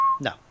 No